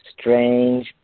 strange